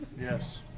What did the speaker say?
Yes